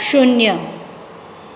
શૂન્ય